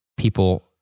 people